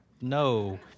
no